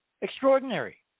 Extraordinary